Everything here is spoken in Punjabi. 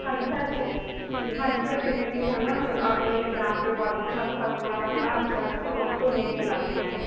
ਹਾਂਜੀ ਸਰ ਹਾਂਜੀ ਸਰ ਜਿਵੇਂ ਕਿ ਹਨਾ ਆਪਣੇ ਪੰਜਾਬ 'ਚ ਵੱਧ ਫਸਲਾਂ ਤਾਂ ਕਣਕ ਤਾਂ ਝੋਨੇ ਦੀਆਂ ਲੱਗਦੀਆਂ ਨੇ